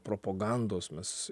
propogandos mes